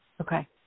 Okay